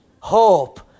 hope